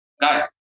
guys